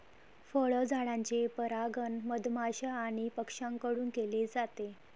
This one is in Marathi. फळझाडांचे परागण मधमाश्या आणि पक्ष्यांकडून केले जाते